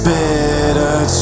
bitter